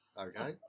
Okay